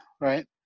right